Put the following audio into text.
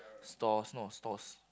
stalls not stores